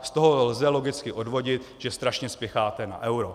Z toho lze logicky odvodit, že strašně spěcháte na euro.